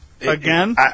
again